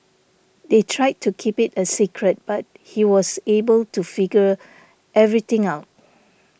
they tried to keep it a secret but he was able to figure everything out